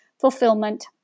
fulfillment